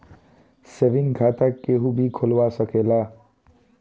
saving खाता केहू भी खोलवा सकेला